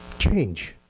change.